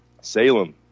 Salem